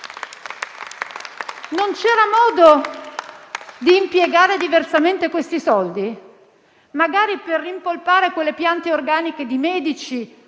Non c'era modo di impiegare diversamente questi soldi, magari per rimpolpare quelle piante organiche di medici,